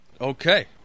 Okay